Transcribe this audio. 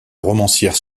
romancière